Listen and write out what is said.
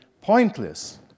pointless